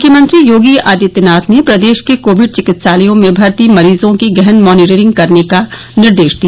मुख्यमंत्री योगी आदित्यनाथ ने प्रदेश के कोविड चिकित्सालयों में भर्ती मरीजों की गहन मानिटरिंग करने का निर्देश दिया